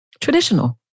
traditional